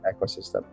ecosystem